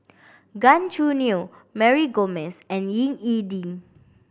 Gan Choo Neo Mary Gomes and Ying E Ding